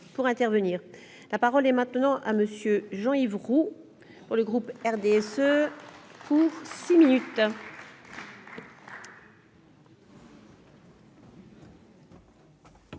pour intervenir, la parole est maintenant à monsieur Jean-Yves Roux pour le groupe RDSE. Ce pour 6 minutes.